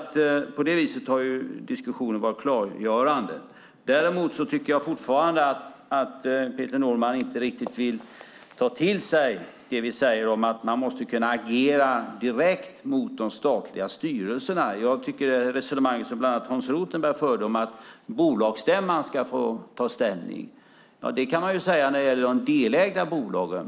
På det viset har diskussionen varit klargörande. Däremot tycker jag fortfarande att Peter Norman inte riktigt vill ta till sig det som vi säger om att man måste kunna agera direkt mot de statliga styrelserna. Hans Rothenberg bland andra förde ett resonemang om att bolagsstämman ska få ta ställning. Det kan man säga när det gäller de delägda bolagen.